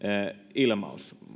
ilmaus